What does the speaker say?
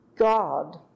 God